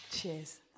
Cheers